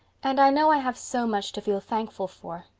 and i know i have so much to feel thankful for.